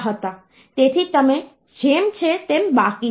તેથી તેઓ જેમ છે તેમ બાકી છે